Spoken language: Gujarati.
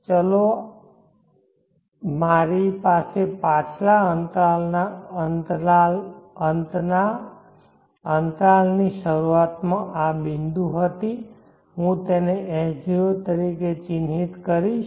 હવે ચાલો મારી પાસે પાછલા અંતરાલના અંતના અંતરાલની શરૂઆતમાં આ બિંદુ હતી હું તેને S0 તરીકે ચિહ્નિત કરીશ